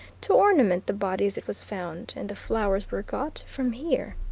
to ornament the body as it was found, and the flowers were got from here.